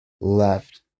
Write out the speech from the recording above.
left